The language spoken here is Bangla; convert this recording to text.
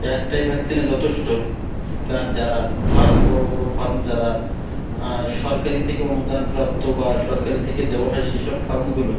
একটাই ভ্যাকসিনে যথেষ্ট কার যারা ফার্ম বড় বড় ফার্ম যারা সরকারি থেকে অনুদানপ্রাপ্ত বা সরকারি থেকে দেওয়া হয় সেই সব ফার্মগুলো